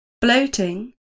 bloating